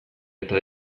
eta